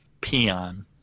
peon